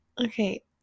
Okay